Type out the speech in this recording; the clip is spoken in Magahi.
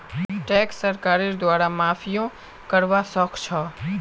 टैक्स सरकारेर द्वारे माफियो करवा सख छ